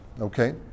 Okay